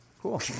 Cool